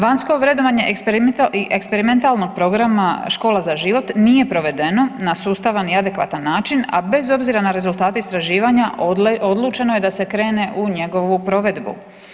Vanjsko vrednovanje eksperimentalnog programa Škola za život nije provedeno na sustavan i adekvatan način, a bez obzira na rezultate istraživanja, odlučeno je da se krene u njegovu provedbu.